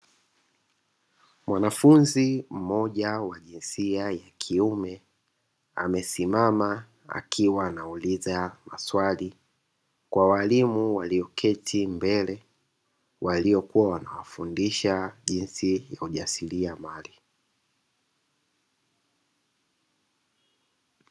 Mwanafunzi mmoja wa jinsia ya kiume amesimama akiwa anauliza maswali kwa walimu walioketi mbele, waliokuwa wanawafundisha jinsi ya ujasilia mali.